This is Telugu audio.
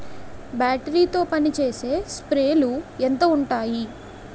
బ్యాటరీ తో పనిచేసే స్ప్రేలు ఎంత ఉంటాయి?